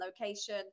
location